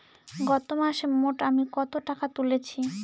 গত মাসে মোট আমি কত টাকা তুলেছি?